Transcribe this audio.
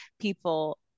people